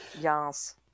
yes